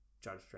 judge